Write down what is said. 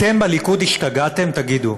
אתם בליכוד השתגעתם, תגידו?